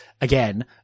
again